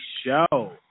Show